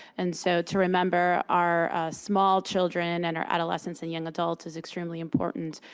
and so to remember our small children and our adolescents and young adults is extremely important.